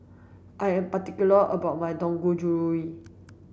I am particular about my Dangojiru